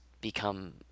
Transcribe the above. become